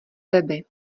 weby